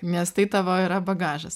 nes tai tavo yra bagažas